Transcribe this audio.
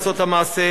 הדברים האלה לא נעשו?